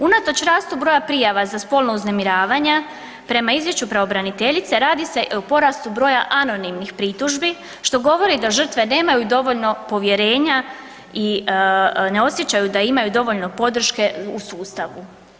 Unatoč rastu broja prijava za spolno uznemiravanje, prema izvješću pravobraniteljice radi se o porastu broja anonimnih pritužbi što govori da žrtve nemaju dovoljno povjerenja i ne osjećaju da imaju dovoljno podrške u sustavu.